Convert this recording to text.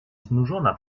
znużona